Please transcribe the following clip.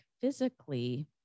physically